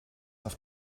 auf